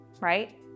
right